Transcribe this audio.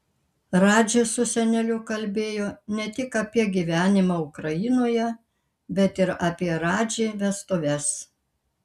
radži su seneliu kalbėjo ne tik apie gyvenimą ukrainoje bet ir apie radži vestuves